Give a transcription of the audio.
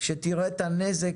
שתראה את הנזק,